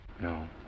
No